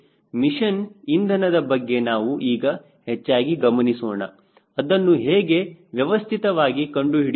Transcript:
machine ಇಂಧನದ ಬಗ್ಗೆ ನಾವು ಈಗ ಹೆಚ್ಚಾಗಿ ಗಮನಿಸೋಣ ಅದನ್ನು ಹೇಗೆ ವ್ಯವಸ್ಥಿತವಾಗಿ ಕಂಡುಹಿಡಿಯುವುದು